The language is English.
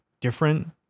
different